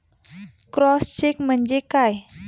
Cross check म्हणजे काय?